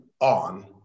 on